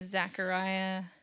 Zechariah